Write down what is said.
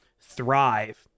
thrive